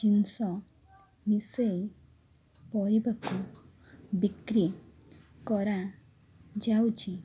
ଜିନିଷ ମିଶେ ପରିବାକୁ ବିକ୍ରି କରାଯାଉଛି